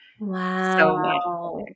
Wow